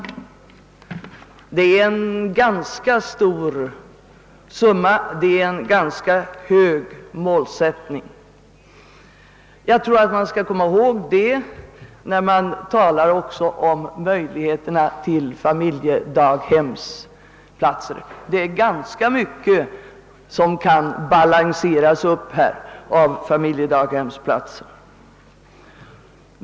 Det är ett ganska stort antal och en ganska hög målsättning. Jag tror att man skall komma ihåg det när man talar om möjligheterna till familjedaghemsplatser. Antalet tillsynsplatser kan ökas ganska kraftigt med hjälp av familjedaghemmen.